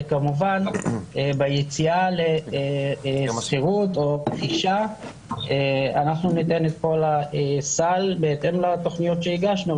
וכמובן ביציאה לשכירות אנחנו ניתן את כל הסל בהתאם לתוכניות שהגשנו,